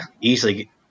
easily